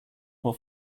more